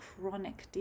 chronic